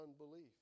unbelief